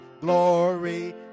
glory